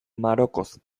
marokoz